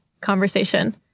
conversation